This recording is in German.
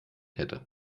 hätte